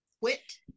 Quit